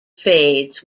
fades